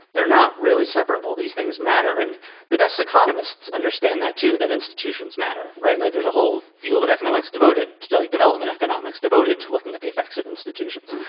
they're not really separable. these things matter. and the best economists understand that, too, that institutions matter. right. like there's a whole field of economics devoted to diet like development, economics devoted to looking at the effects of institutions.